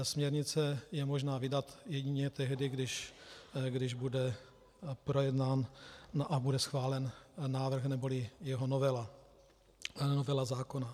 Směrnici je možné vydat jedině tehdy, když bude projednán a bude schválen návrh neboli jeho novela, novela zákona.